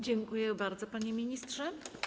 Dziękuję bardzo, panie ministrze.